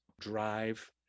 drive